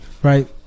Right